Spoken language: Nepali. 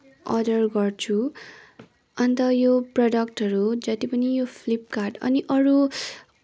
अर्डर गर्छु अन्त यो प्रडक्टहरू जति पनि यो फ्लिपकार्ट अनि अरू